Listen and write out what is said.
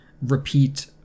repeat